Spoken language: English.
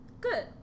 good